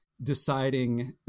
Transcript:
deciding